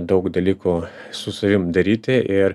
daug dalykų su savim daryti ir